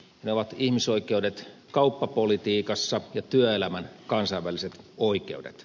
ne ovat ihmisoikeudet kauppapolitiikassa ja työelämän kansainväliset oikeudet